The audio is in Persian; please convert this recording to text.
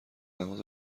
لحاظ